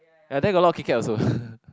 ya there got a lot of KitKat also